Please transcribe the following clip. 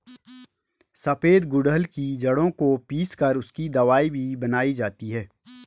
सफेद गुड़हल की जड़ों को पीस कर उसकी दवाई भी बनाई जाती है